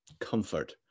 comfort